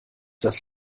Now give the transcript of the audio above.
das